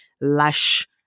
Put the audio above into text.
lush